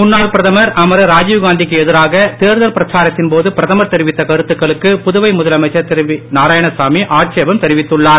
முன்னாள் பிரதமர் அமரர் ராஜீவ்காந்திற்கு எதிராக தேர்தல் பிரச்சாரத்தின் போது பிரதமர் தெரிவித்த கருத்துகளுக்கு புதுவை முதலமைச்சர் திரு நாராயணசாமி ஆட்சேபம் தெரிவித்துள்ளார்